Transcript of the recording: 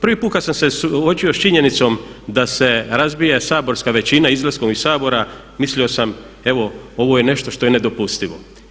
Prvi puta kad sam se suočio sa činjenicama da se razbija saborska većina izlaskom iz Sabora mislimo sam evo ovo je nešto što je nedopustivo.